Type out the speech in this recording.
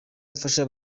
mfasha